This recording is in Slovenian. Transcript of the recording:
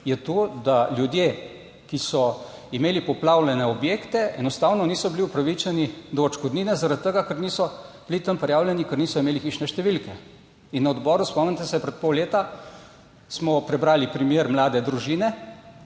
je to, da ljudje, ki so imeli poplavljene objekte enostavno niso bili upravičeni do odškodnine, zaradi tega, ker niso bili tam prijavljeni, ker niso imeli hišne številke. In na odboru, spomnite se, pred pol leta 31. TRAK: (NB) – 12.30